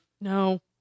No